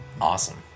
awesome